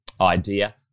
idea